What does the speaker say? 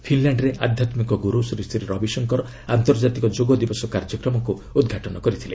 ଫିନ୍ଲ୍ୟାଣ୍ଡ୍ରେ ଆଧ୍ୟାତ୍କିକ ଗୁରୁ ଶ୍ରୀଶ୍ରୀ ରବିଶଙ୍କର ଆନ୍ତର୍ଜାତିକ ଯୋଗ ଦିବସ କାର୍ଯ୍ୟକ୍ରମକୁ ଉଦ୍ଘାଟନ କରିଥିଲେ